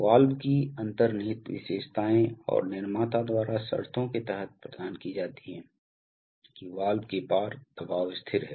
valve की अंतर्निहित विशेषताएं और निर्माता द्वारा शर्तों के तहत प्रदान की जाती हैं कि वाल्व के पार दबाव स्थिर है